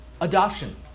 Adoption